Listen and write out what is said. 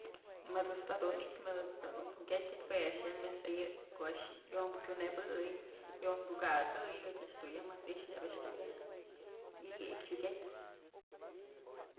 Ma'a ëjt's da'a dun i'ityën da'a dun jukyatyën jue a'ax ya myas ayëpyë ko'o a'ax yom kunëbëy, yom kukat'sëy yëch a'ax ya'a mas i'ixë neyb a'ax dun ya'a iëyëk jukiatyë.